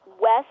west